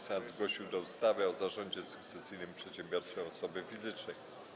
Senat zgłosił do ustawy o zarządzie sukcesyjnym przedsiębiorstwem osoby fizycznej.